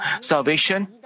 salvation